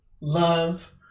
love